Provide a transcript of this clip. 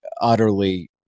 utterly